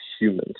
humans